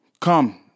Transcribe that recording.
come